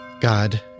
God